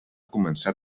començar